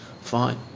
Fine